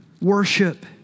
worship